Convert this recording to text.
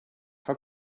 how